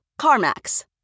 CarMax